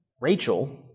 Rachel